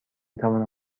توانم